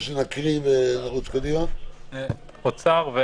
משרד האוצר?